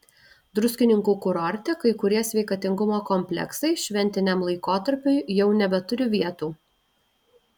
druskininkų kurorte kai kurie sveikatingumo kompleksai šventiniam laikotarpiui jau nebeturi vietų